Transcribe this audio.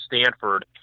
Stanford